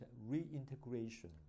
reintegration